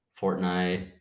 Fortnite